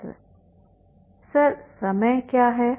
छात्र सर समय क्या है